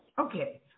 Okay